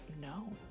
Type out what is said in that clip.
no